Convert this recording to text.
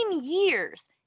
years